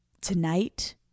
tonight